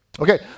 Okay